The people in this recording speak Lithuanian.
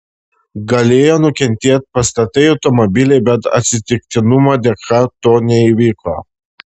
galėjo nukentėt pastatai automobiliai bet atsitiktinumo dėka to neįvyko